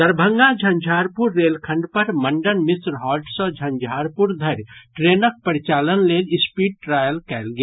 दरभंगा झंझारपुर रेलखंड पर मंडन मिश्र हॉल्ट सॅ झंझारपुर धरि ट्रेनक परिचालन लेल स्पीड ट्रायल कयल गेल